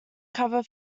cover